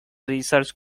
research